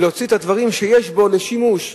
להוציא את הדברים שיש בו לשימוש,